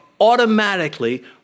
automatically